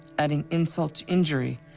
adding insult to injury,